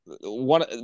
one